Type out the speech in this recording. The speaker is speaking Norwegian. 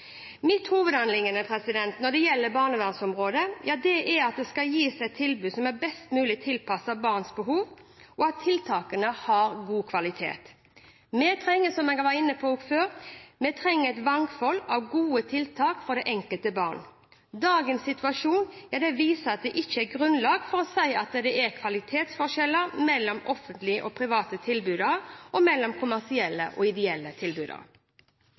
Mitt hovedanliggende når det gjelder barnevernsområdet, er at det skal gis et tilbud som er best mulig tilpasset barnas behov, og at tiltakene har god kvalitet. Vi trenger, som jeg var inne på før, et mangfold av gode tiltak for det enkelte barnet. Dagens situasjon viser at det ikke er grunnlag for å si at det er kvalitetsforskjeller mellom offentlige og private tilbydere og mellom kommersielle og ideelle